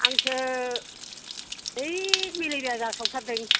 आंसो है मेलेरिया जासावथारदों